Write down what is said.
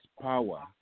power